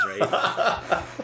right